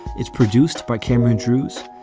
it's produced by cambridge drewes.